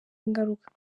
ingaruka